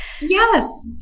Yes